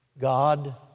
God